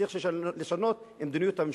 צריך לשנות את מדיניות הממשלה.